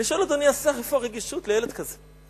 אני שואל, אדוני השר, איפה הרגישות לילד כזה?